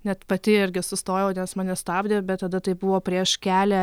net pati irgi sustojau nes mane stabdė bet tada tai buvo prieš kelią